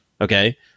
Okay